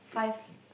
fifteen